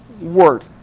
word